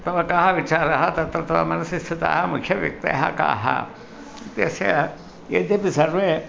तव कः विचारः तत्र तव मनसि स्थिताः मुख्यव्यक्तयः काः इत्यस्य यद्यपि सर्वे